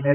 L